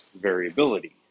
variability